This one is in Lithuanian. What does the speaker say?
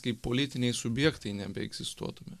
kaip politiniai subjektai nebeegzistuotume